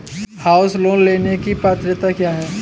House loan लेने की पात्रता क्या है?